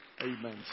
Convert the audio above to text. Amen